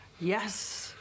Yes